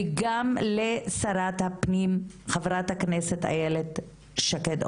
וגם לשרת הפנים חברת הכנסת איילת שקד,